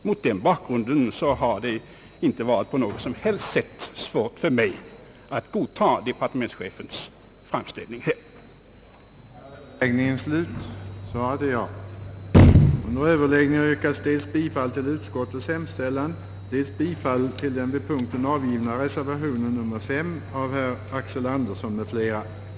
Mot den bakgrunden har det inte på något som helst sätt varit svårt för mig att godta departementschefens framställning på denna punkt.